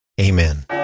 Amen